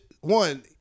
One